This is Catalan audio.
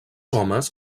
homes